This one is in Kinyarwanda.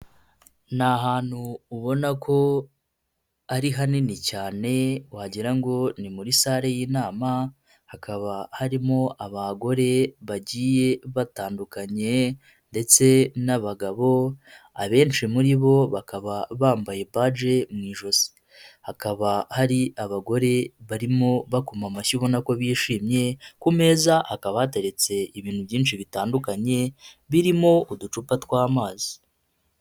Ni ahantu ubona ko ari hanini cyane wagira ngo ni muri sare y'inama, hakaba harimo abagore bagiye batandukanye ndetse n'abagabo, abenshi muri bo bakaba bambaye baje mu ijosi. Hakaba hari abagore barimo bakoma amashyi ubona ko bishimye, ku meza hakaba hateretse ibintu byinshi bitandukanye, birimo uducupa tw'amazi.